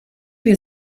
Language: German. wir